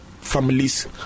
families